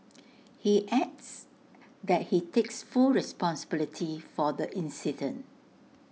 he adds that he takes full responsibility for the incident